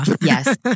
Yes